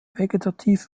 vegetative